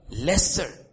Lesser